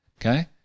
Okay